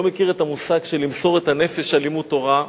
לא מכיר את המושג של "למסור את הנפש" על לימוד תורה,